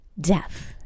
Death